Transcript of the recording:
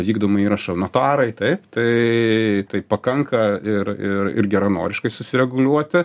vykdomąjį įrašą notarai taip tai tai pakanka ir ir ir geranoriškai susireguliuoti